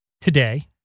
today